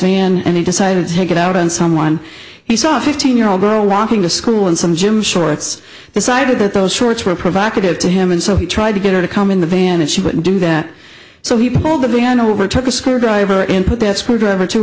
misery and he decided to take it out on someone he saw fifteen year old girl walking to school in some gym shorts decided that those shorts were provocative to him and so he tried to get her to come in the van and she wouldn't do that so he pulled the man over took a screwdriver in put that screwdriver to